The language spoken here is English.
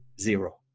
Zero